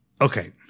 okay